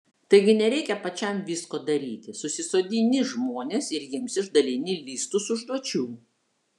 taigi nereikia pačiam visko daryti susisodini žmones ir jiems išdalini listus užduočių